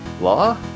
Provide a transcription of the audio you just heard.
law